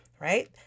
right